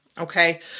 okay